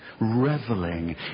reveling